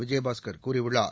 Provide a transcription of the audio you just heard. விஜயபாஸ்கர் கூறியுள்ளார்